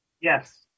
Yes